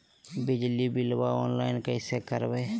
बिजली बिलाबा ऑनलाइन कैसे करबै?